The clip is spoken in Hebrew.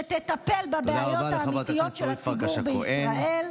שתטפל בבעיות האמיתיות של הציבור בישראל,